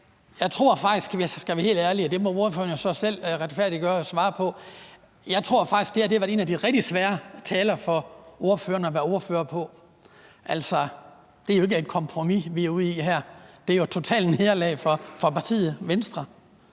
helt ærlig – og det må ordføreren jo så selv retfærdiggøre og svare på – at det her var en af de rigtig svære taler for ordføreren og en svær ting at være ordfører på. Altså, det er jo ikke et kompromis, vi er ude i her. Det er et totalt nederlag for partiet Venstre.